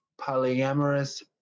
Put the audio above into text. polyamorous